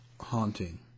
haunting